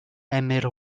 emyr